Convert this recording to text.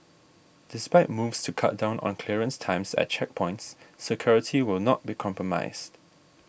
despite moves to cut down on clearance times at checkpoints security will not be compromised